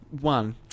one